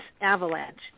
avalanche